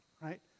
right